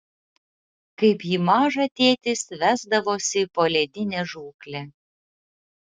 kaip jį mažą tėtis vesdavosi į poledinę žūklę